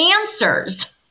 answers